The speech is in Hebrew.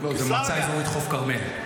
זו מועצה אזורית חוף כרמל.